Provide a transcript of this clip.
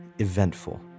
eventful